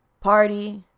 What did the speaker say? party